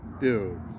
Dude